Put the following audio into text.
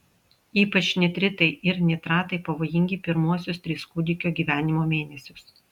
ypač nitritai ir nitratai pavojingi pirmuosius tris kūdikio gyvenimo mėnesius